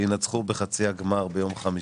שינצחו את המשחק בחצי הגמר ביום חמישי.